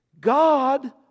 God